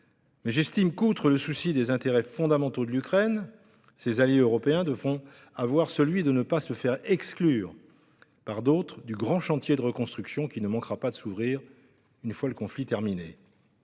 mais j'estime que, outre le souci des intérêts fondamentaux de l'Ukraine, ses alliés européens doivent aussi avoir celui de ne pas se faire exclure par d'autres du grand chantier de reconstruction qui ne manquera pas de s'ouvrir une fois le conflit terminé.